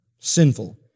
sinful